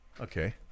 okay